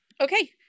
okay